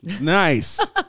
Nice